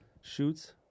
shoots